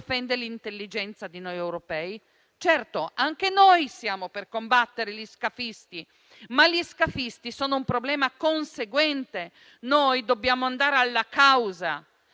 che offende l'intelligenza di noi europei? Certo, anche noi siamo per combattere gli scafisti, che sono però un problema conseguente; noi dobbiamo andare alla causa.